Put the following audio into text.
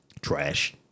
Trash